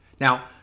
Now